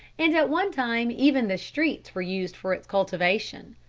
and at one time even the streets were used for its cultivation.